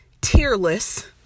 tearless